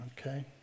okay